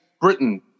Britain